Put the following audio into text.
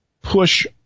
push